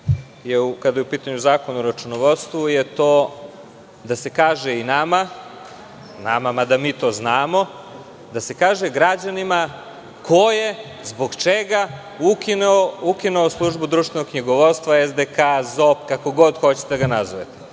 kada je u pitanju zakon o računovodstvu je to da se kaže i nama, mada mi to znamo, da se kaže građanima ko je, zbog čega ukinuo Službu društvenog knjigovodstva – SDK, ZOP, kako kod hoćete da ga nazovete. Šta